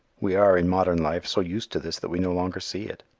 we are, in modern life, so used to this that we no longer see it.